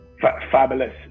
Fabulous